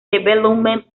development